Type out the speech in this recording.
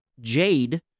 Jade